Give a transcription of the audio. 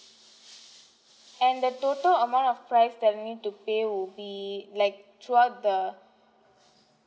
and the total amount of price that I need to pay would be like throughout the